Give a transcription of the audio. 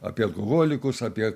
apie alkoholikus apie